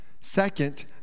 Second